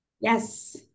Yes